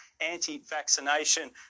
anti-vaccination